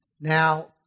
Now